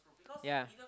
ya